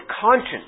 conscience